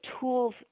tools